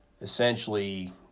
essentially